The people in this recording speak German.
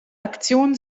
aktion